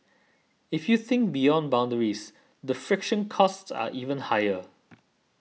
if you think beyond boundaries the friction costs are even higher